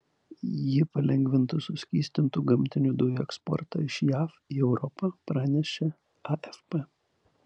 ji palengvintų suskystintų gamtinių dujų eksportą iš jav į europą pranešė afp